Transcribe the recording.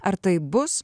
ar taip bus